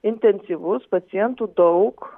intensyvus pacientų daug